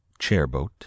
Chairboat